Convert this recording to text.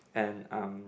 and um